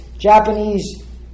Japanese